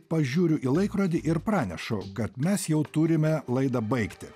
pažiūriu į laikrodį ir pranešu kad mes jau turime laidą baigti